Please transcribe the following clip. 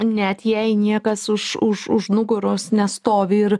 net jei niekas už už už nugaros nestovi ir